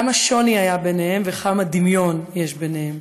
כמה שוני היה ביניהם וכמה דמיון יש ביניהם.